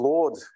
Lord